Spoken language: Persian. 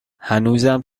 هنوزم